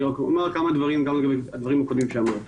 אני אומר כמה דברים גם לגבי הדברים הקודמים שאמרת.